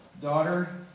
daughter